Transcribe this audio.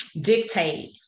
dictate